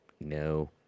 No